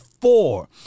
four